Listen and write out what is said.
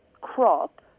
crop